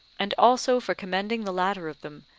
and also for commending the latter of them,